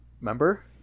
Remember